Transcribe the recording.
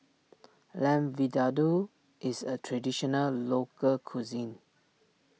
Lamb Vindaloo is a Traditional Local Cuisine